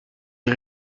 des